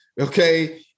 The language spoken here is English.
okay